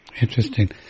Interesting